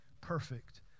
perfect